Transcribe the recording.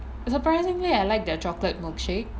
surprisingly I like their chocolate milkshake